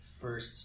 first